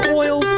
oil